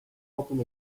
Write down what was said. upon